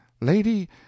lady